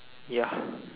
ya